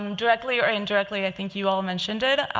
um directly or indirectly, i think you all mentioned it.